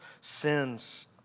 sins